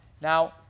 Now